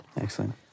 Excellent